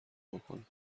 بکنم